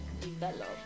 develop